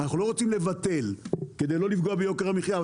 אנחנו לא רוצים לבטל, כדי לא לפגוע ביוקר המחיה.